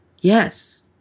Yes